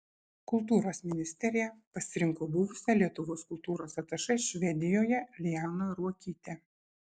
kultūros ministerija pasirinko buvusią lietuvos kultūros atašė švedijoje lianą ruokytę